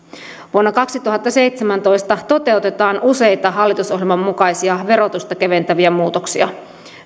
vuonna kaksituhattaseitsemäntoista toteutetaan useita hallitusohjelman mukaisia verotusta keventäviä muutoksia